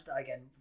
again